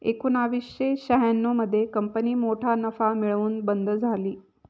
एकोणावीसशे शहाण्णवमध्ये कंपनी मोठा नफा मिळवून बंद झाली